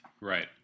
Right